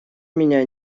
меня